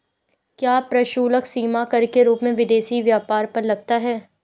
क्या प्रशुल्क सीमा कर के रूप में विदेशी व्यापार पर लगता है?